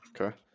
Okay